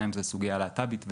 2. הסוגיה הלהט"בית.